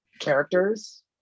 characters